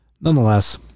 nonetheless